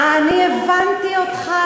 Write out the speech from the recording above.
אני הבנתי אותך,